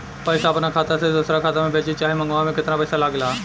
पैसा अपना खाता से दोसरा खाता मे भेजे चाहे मंगवावे में केतना पैसा लागेला?